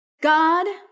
God